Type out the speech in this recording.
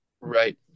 right